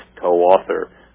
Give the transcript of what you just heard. co-author